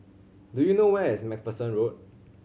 do you know where is Macpherson Road